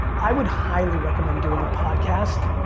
i would highly recommend doing a podcast.